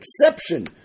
exception